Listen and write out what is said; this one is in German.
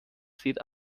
sieht